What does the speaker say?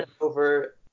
Over